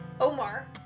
Omar